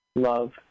Love